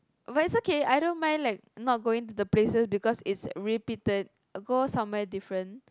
but it's okay I don't mind like not going to the places because it's repeated go somewhere different